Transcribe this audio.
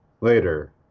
later